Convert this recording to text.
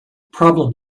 problem